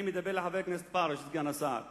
אני מדבר על חבר הכנסת וסגן השר פרוש.